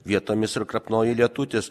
vietomis ir krapnoja lietutis